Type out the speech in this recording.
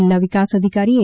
જિલ્લા વિકાસ અધિકારી એ